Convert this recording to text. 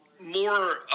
more